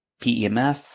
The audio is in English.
pemf